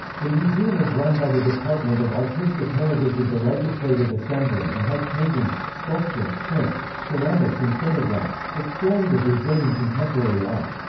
the museum is run by the department of artistic heritage of the legislative assembly and has paintings, sculpture, prints, ceramics and photographs, exploring the brazilian contemporary art.